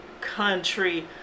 country